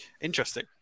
interesting